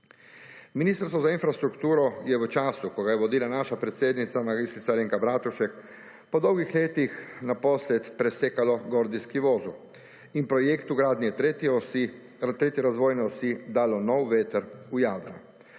Ministrstvo za infrastrukturo je v času, ko ga je vodila naša predsednica mag. Alenka Bratušek, po dolgih letih naposled presekalo gordijski vozel in projektu gradnje tretje razvojne osi dalo nov veter v jadra.